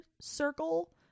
circle